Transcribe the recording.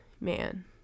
man